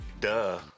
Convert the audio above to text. Duh